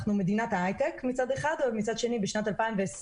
אנחנו מדינת ההייטק מצד אחד, ומצד שני, בשנת 2020